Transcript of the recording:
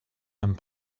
and